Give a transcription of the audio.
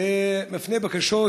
מפנה בקשות,